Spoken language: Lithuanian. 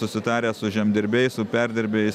susitarę su žemdirbiais su perdirbėjais